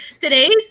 today's